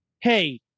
Hey